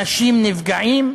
אנשים נפגעים.